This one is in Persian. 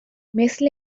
مثلا